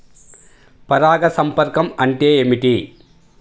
పరాగ సంపర్కం అంటే ఏమిటి?